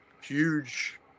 huge